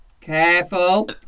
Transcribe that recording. Careful